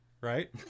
right